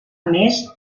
més